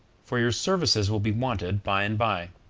for your services will be wanted by-and-by.